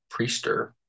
Priester